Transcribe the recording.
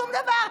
שום דבר.